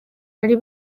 bari